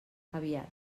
aviat